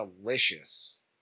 delicious